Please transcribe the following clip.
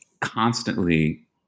constantly